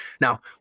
Now